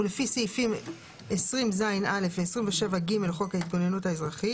ולפי סעיפים 20ז(א) ו-27(ג) לחוק ההתגוננות האזרחית